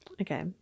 Okay